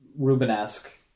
Rubenesque